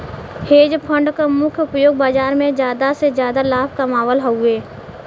hedge fund क मुख्य उपयोग बाजार में जादा से जादा लाभ कमावल हउवे